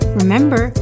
remember